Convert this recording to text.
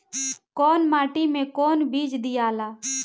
कौन माटी मे कौन बीज दियाला?